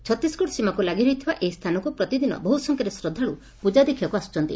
ଛତିଶଗଡ଼ ସୀମାକୁ ଲାଗି ରହିଥିବା ଏହି ସ୍ଥାନକୁ ପ୍ରତିଦିନ ବହୁ ସଂଖ୍ୟାରେ ଶ୍ରଦ୍ଧାଳୁ ପୃଜା ଦେଖବାକୁ ଆସୁଛନ୍ତି